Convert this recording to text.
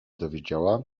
dowiedziała